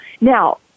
Now